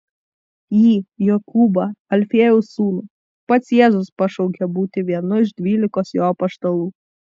jį jokūbą alfiejaus sūnų pats jėzus pašaukė būti vienu iš dvylikos jo apaštalų